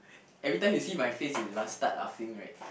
every time you see my face you just start laughing right